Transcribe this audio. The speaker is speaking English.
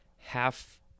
half